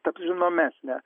taps žinomesnė